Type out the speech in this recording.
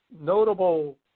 notable